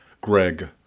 Greg